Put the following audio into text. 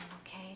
okay